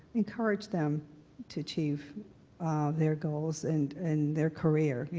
encourage them to achieve their goals and and their career. you